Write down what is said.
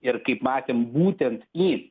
ir kaip matėm būtent į